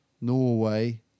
Norway